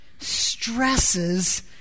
stresses